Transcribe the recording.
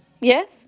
Yes